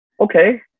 Okay